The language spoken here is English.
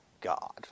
God